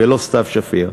ולא סתיו שפיר,